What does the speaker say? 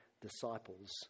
disciples